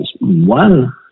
one